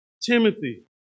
Timothy